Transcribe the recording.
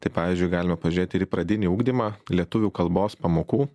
tai pavyzdžiui galime pažiūrėti ir į pradinį ugdymą lietuvių kalbos pamokų